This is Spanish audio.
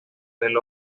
del